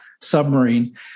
submarine